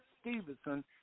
Stevenson